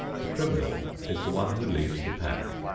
the criminal is the one who leaves the pack.